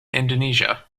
indonesia